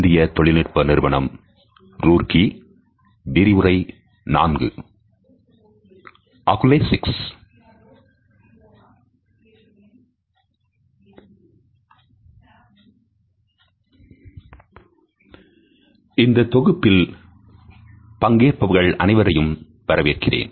இந்த தொகுப்பில் பங்கேற்பவர்கள் அனைவரையும் வரவேற்கிறேன்